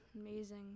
Amazing